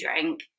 drink